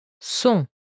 Son